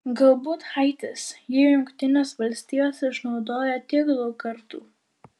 galbūt haitis jį jungtinės valstijos išnaudojo tiek daug kartų